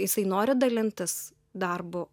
jisai nori dalintis darbu